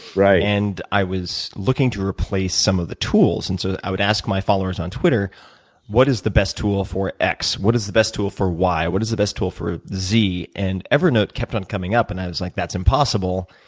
and i was looking to replace some of the tools. and so i would ask my followers on twitter what is the best tool for x. what is the best tool for y. what is the best tool for z. and evernote kept on coming up. and i was like that's impossible.